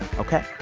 ok.